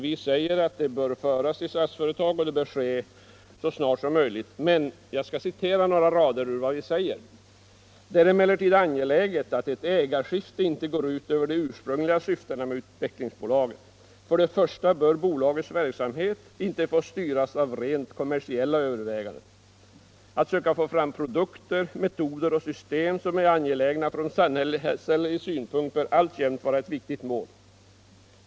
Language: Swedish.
Vi säger att Utvecklingsbolaget bör föras till Statsföretag och att detta 151 bör ske så snart som möjligt. Men vi säger också: ”Det är emellertid angeläget att ett ägarskifte inte går ut över de ursprungliga syftena med Utvecklingsbolaget. För det första bör bolagets verksamhet inte få styras av rent kommersiella överväganden. Att söka få fram produkter, metoder och system som är angelägna från samhällelig synpunkt bör alltjämt vara ett viktigt mål.